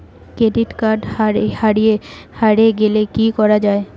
Credit card হারে গেলে কি করা য়ায়?